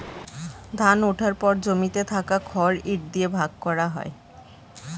ধান ওঠার পর জমিতে থাকা খড় ইট দিয়ে ভাগ করা হয়